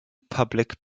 public